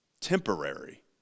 Temporary